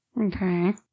Okay